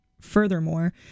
furthermore